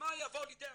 שמא יבוא לידי עבירה.